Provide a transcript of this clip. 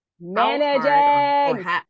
managing